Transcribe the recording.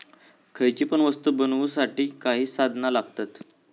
खयची पण वस्तु बनवुसाठी काही संसाधना लागतत